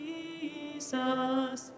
Jesus